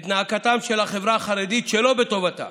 את נאקתה של החברה החרדית, שלא בטובתה